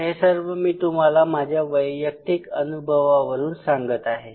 हे सर्व मी तुम्हाला माझ्या वैयक्तिक अनुभवावरून सांगत आहे